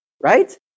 right